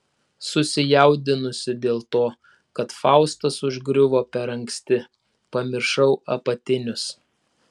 susijaudinusi dėl to kad faustas užgriuvo per anksti pamiršau apatinius